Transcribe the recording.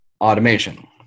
automation